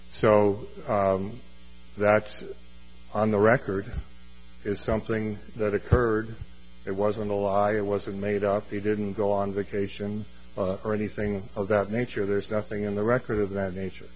o that on the record is something that occurred it wasn't a lie it wasn't made out they didn't go on vacation or anything of that nature there's nothing in the record of that nature